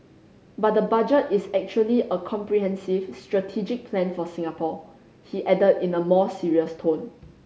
but the Budget is actually a comprehensive strategic plan for Singapore he added in a more serious tone